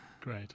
Great